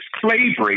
slavery